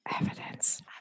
evidence